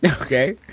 Okay